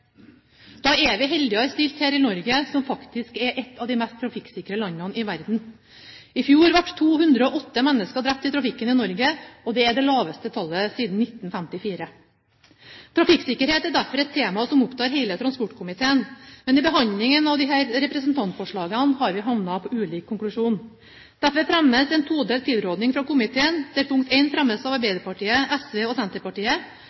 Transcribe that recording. Da er vi heldigere stilt her i Norge, som faktisk er ett av de mest trafikksikre landene i verden. I fjor ble 210 mennesker drept i trafikken i Norge, og det er det laveste tallet siden 1954. Trafikksikkerhet er et tema som opptar hele transportkomiteen, men i behandlingen av disse representantforslagene har vi havnet på ulik konklusjon. Derfor fremmes en todelt tilråding fra komiteen, der I fremmes av Arbeiderpartiet, SV og Senterpartiet